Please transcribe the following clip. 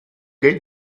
gate